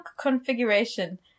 configuration